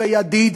ו"ידיד",